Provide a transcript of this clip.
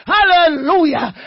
Hallelujah